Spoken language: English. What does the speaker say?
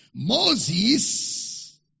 Moses